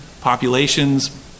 populations